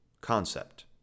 concept